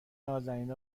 نــازنین